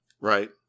Right